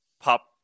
pop